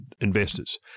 investors